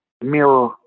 mirror